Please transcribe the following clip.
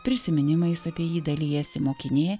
prisiminimais apie jį dalijasi mokinė